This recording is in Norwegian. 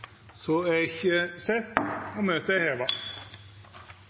Så er ikkje tilfellet, og møtet er heva.